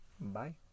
Bye